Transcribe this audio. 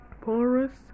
porous